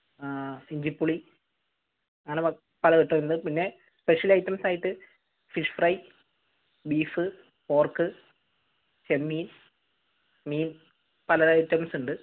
ഇഞ്ചിപ്പുളി അങ്ങനെ പല ഘട്ടമുണ്ട് പിന്നെ സ്പെഷ്യൽ ഐറ്റംസ് ആയിട്ട് ഫിഷ് ഫ്രൈ ബീഫ് പോർക്ക് ചെമ്മീൻ മീൻ പല ഐറ്റംസ് ഉണ്ട്